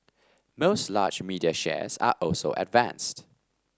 most large media shares also advanced